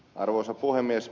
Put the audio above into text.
arvoisa puhemies